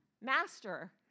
master